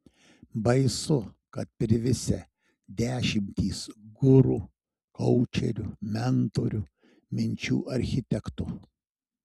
baisu kad privisę dešimtys guru koučerių mentorių minčių architektų